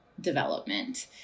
development